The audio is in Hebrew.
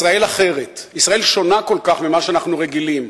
ישראל אחרת, ישראל שונה כל כך ממה שאנחנו רגילים.